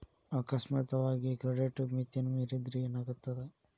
ಅಕಸ್ಮಾತಾಗಿ ಕ್ರೆಡಿಟ್ ಮಿತಿನ ಮೇರಿದ್ರ ಏನಾಗತ್ತ